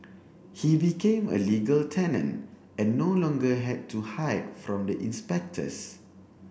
he became a legal tenant and no longer had to hide from the inspectors